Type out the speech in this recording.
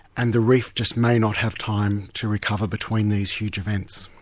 and the reef just may not have time to recover between these huge events.